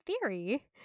theory